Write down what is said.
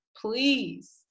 please